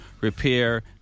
repair